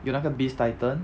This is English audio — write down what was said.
有那个 beast titan